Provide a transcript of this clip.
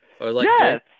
Yes